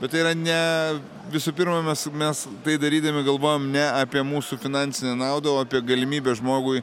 bet tai yra ne visų pirma mes mes tai darydami galvojom ne apie mūsų finansinę naudą o apie galimybę žmogui